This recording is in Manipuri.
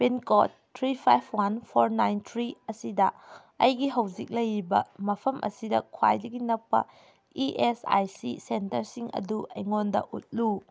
pin code three five one four nine three ꯑꯁꯤꯗ ꯑꯩꯒꯤ ꯍꯧꯖꯤꯛ ꯂꯩꯔꯤꯕ ꯃꯐꯝ ꯑꯁꯤꯗ ꯈ꯭ꯋꯥꯏꯗꯒꯤ ꯅꯛꯄ ꯏ ꯑꯦꯁ ꯑꯥꯏ ꯁꯤ ꯁꯦꯟꯇꯔꯁꯤꯡ ꯑꯗꯨ ꯑꯩꯉꯣꯟꯗ ꯎꯠꯂꯨ